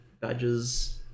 badges